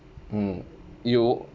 mm you